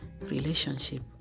relationship